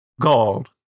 gold